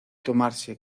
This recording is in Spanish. tomarse